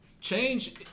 change